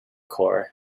core